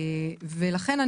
לכן,